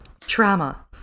Trauma